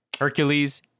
hercules